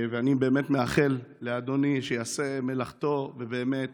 אני באמת מאחל לאדוני שיעשה מלאכתו ובאמת